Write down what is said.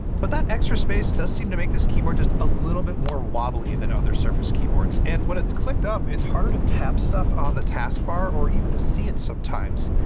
but, that extra space does seem to make this keyboard just a little more wobbly than other surface keyboards, and when it's clicked up, it's harder to tap stuff on the taskbar, or even to see it sometimes.